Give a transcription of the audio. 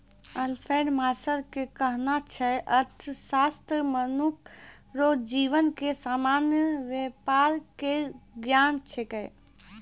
Alfred Marshall के कहनाय छै अर्थशास्त्र मनुख रो जीवन के सामान्य वेपार के ज्ञान छिकै